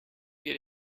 get